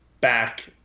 back